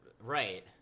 Right